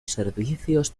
servicios